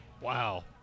Wow